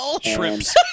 Shrimps